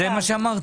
זה מה שאמרתי.